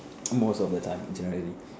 most of the time generally